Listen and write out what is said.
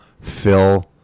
Phil